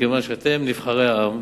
כי אתם נבחרי העם.